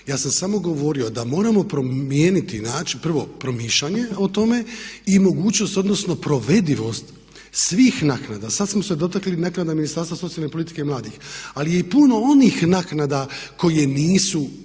Ja sam samo govorio da moramo promijeniti način, prvo promišljanje o tome i mogućnost odnosno provedivost svih naknada. Sad smo se dotakli naknada Ministarstva socijalne politike i mladih, ali je i puno onih naknada koje nisu